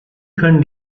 können